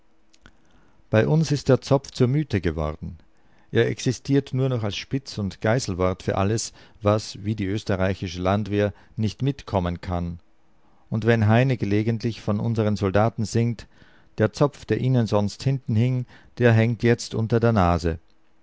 bei uns ist der zopf zur mythe geworden er existiert nur noch als spitz und geißelwort für alles was wie die österreichische landwehr nicht mitkommen kann und wenn heine gelegentlich von unseren soldaten singt der zopf der ihnen sonst hinten hing der hängt jetzt unter der nase